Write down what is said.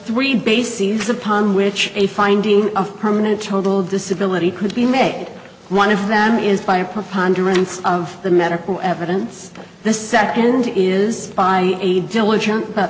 three bases upon which a finding of permanent total disability could be made one of them is by a preponderance of the medical evidence the second is by a